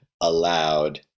aloud